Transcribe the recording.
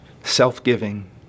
Self-giving